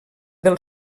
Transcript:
del